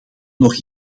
nog